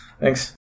Thanks